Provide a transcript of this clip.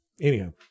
anyhow